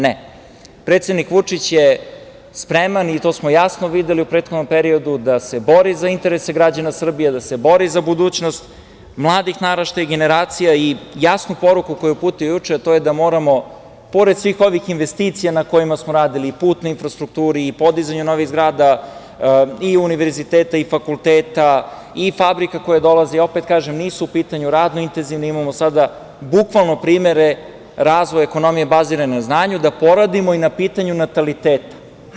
Ne, predsednik Vučić je spreman i to smo jasno videli u prethodnom periodu, da se bori za interese građana Srbije, da se bori za budućnost mladih naraštaja, generacija i jasnu poruku je uputio juče, a to je da moramo, pored svih ovih investicija na kojima smo radili, i putnoj infrastrukturi i podizanju novih zgrada i univerziteta i fakulteta i fabrika koje dolaze, opet kažem, nisu u pitanju radno-intenzivne, imamo sada bukvalno primere razvoja ekonomije bazirane na znanju, da poradimo i na pitanju nataliteta.